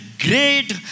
great